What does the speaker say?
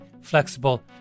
flexible